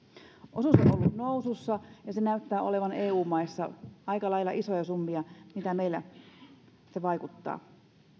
osuus on ollut nousussa ja se näyttää olevan eu maissa aika lailla isoimpia summia mitä se meillä vaikuttaa